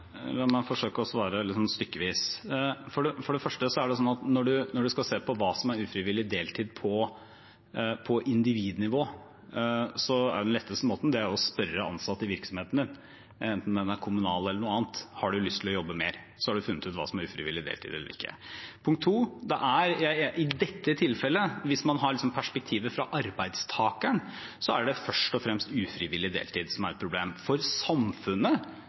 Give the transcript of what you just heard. La meg forsøke å svare stykkevis. For det første: Når man skal se på hva som er ufrivillig deltid på individnivå, er den letteste måten å spørre ansatte i virksomheten, enten den er kommunal eller noe annet, om de har lyst til å jobbe mer. Så har man funnet ut hva som er ufrivillig deltid og ikke. Punkt to: I dette tilfellet, hvis man har perspektivet fra arbeidstakeren, er det først og fremst ufrivillig deltid som er et problem. For samfunnet